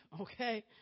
okay